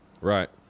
Right